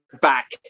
back